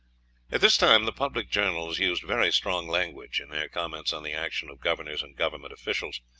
at this time the public journals used very strong language in their comments on the action of governors and government officials,